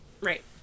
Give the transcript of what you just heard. Right